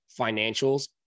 financials